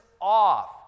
off